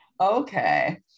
okay